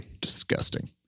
Disgusting